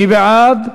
מי בעד?